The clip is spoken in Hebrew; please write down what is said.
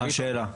מה השאלה?